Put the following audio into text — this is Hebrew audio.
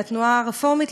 לתנועה הרפורמית,